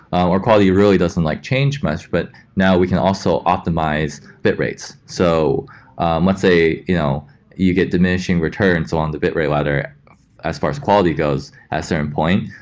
or quality really doesn't like change much, but now we can also optimize bitrates. so and let's say you know you get diminishing returns along the bitrate ladder as far as quality goes a certain point,